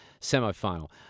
semifinal